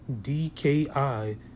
DKI